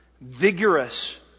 vigorous